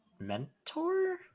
mentor